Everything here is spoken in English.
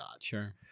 Sure